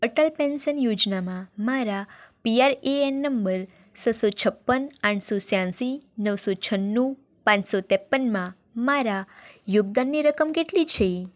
Atal pension યોજનામાં મારા P R A N number છસો છપ્પન આઠસો છ્યાંશી નવસો છન્નું પાંચસો ત્રેપનમાં મારા યોગદાનની રકમ કેટલી છે